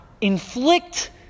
inflict